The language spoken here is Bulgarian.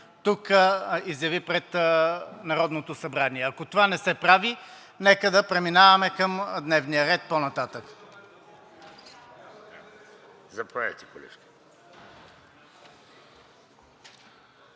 тук изяви пред Народното събрание. Ако това не се прави, нека да преминаваме към дневния ред по-нататък.